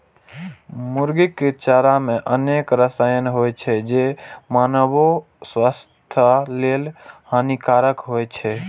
मुर्गीक चारा मे अनेक रसायन होइ छै, जे मानवो स्वास्थ्य लेल हानिकारक होइ छै